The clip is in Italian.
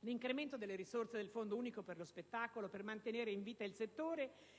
l'incremento delle risorse del Fondo unico per lo spettacolo per mantenere in vita il settore,